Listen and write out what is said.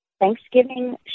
Thanksgiving